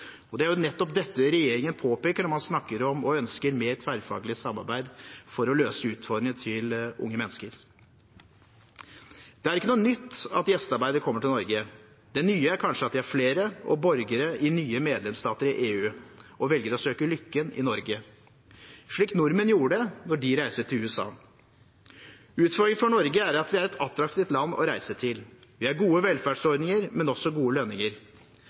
instanser. Det er jo nettopp dette regjeringen påpeker når man snakker om og ønsker mer tverrfaglig samarbeid for å løse utfordringene til unge mennesker. Det er ikke noe nytt at gjestearbeidere kommer til Norge. Det nye er kanskje at de er flere, og borgere i nye medlemsstater i EU velger å søke lykken i Norge, slik nordmenn gjorde det når de reiste til USA. Utfordringen for Norge er at vi er et attraktivt land å reise til. Vi har gode velferdsordninger, men også gode lønninger.